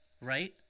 right